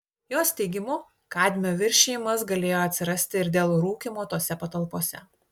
jos teigimu kadmio viršijimas galėjo atsirasti ir dėl rūkymo tose patalpose